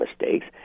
mistakes